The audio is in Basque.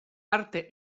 arte